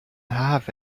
have